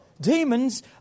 Demons